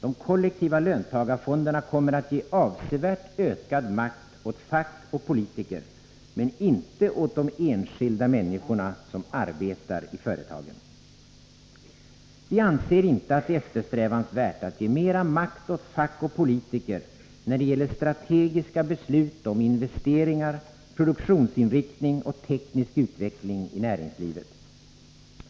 De kollektiva löntagarfonderna kommer att ge avsevärt ökad makt åt fack och politiker men inte åt de enskilda människorna som arbetar i företagen. Vi anser i folkpartiet inte att det är eftersträvansvärt att ge mer makt åt fack och politiker i fråga om strategiska beslut om investeringar, produktionsinriktning och teknisk utveckling i näringslivet.